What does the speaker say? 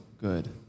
good